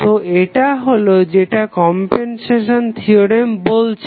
তো এটা হলো যেটা কমপেনসেশন থিওরেম বলছে